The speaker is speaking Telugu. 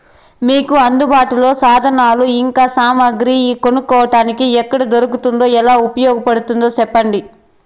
మీకు అందుబాటులో సాధనాలు ఇంకా సామగ్రి కొనుక్కోటానికి ఎక్కడ దొరుకుతుందో ఎలా ఉపయోగపడుతాయో సెప్పండి?